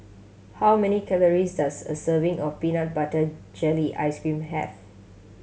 how many calories does a serving of peanut butter jelly ice cream have